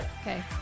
okay